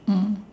mm